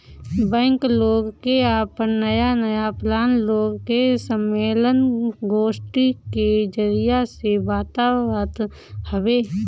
bank लोग के आपन नया नया प्लान लोग के सम्मलेन, गोष्ठी के जरिया से बतावत हवे